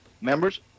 members